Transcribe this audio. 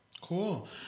Cool